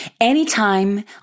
Anytime